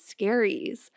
scaries